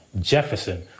Jefferson